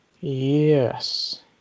Yes